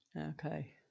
Okay